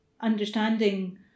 understanding